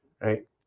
right